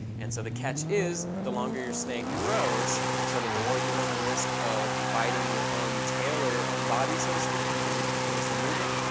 and so the catch is the longer your snake grows sort of the more you run the risk of biting your own tail or your own body, so to speak, because you're continuously moving.